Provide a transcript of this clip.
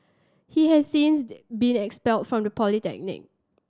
he has since been expelled from the polytechnic